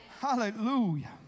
Hallelujah